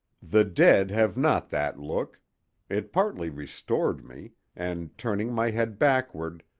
the dead have not that look it partly restored me, and turning my head backward,